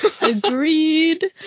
Agreed